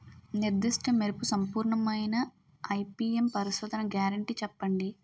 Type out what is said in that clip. నిర్దిష్ట మెరుపు సంపూర్ణమైన ఐ.పీ.ఎం పరిశోధన గ్యారంటీ చెప్పండి?